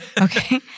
okay